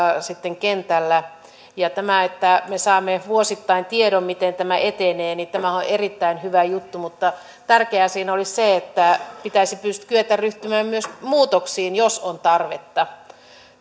sitten kentällä tämä että me saamme vuosittain tiedon miten tämä etenee on erittäin hyvä juttu mutta tärkeää siinä olisi se että pitäisi kyetä ryhtymään myös muutoksiin jos on tarvetta